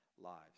lives